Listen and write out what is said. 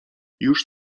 już